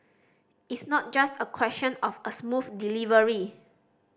it's not just a question of a smooth delivery